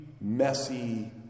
messy